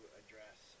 address